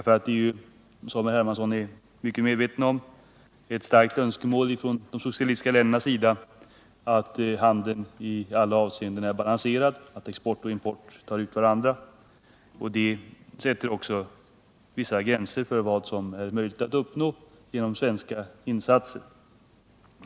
Som herr Hermansson är mycket väl medveten om är det ett starkt önskemål från de socialistiska länderna att handeln i alla avseenden är balanserad, dvs. att export och import tar ut varandra. Det sätter vissa gränser för vad som är möjligt att uppnå genom svenska insatser.